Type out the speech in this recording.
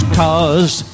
cause